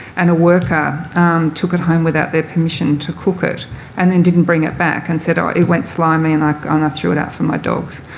and a worker took it home without their permission to cook it and then didn't bring it back and said, ah it went slimy and like i threw it out for my dogs.